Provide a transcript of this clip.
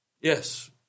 Yes